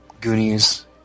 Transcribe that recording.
Goonies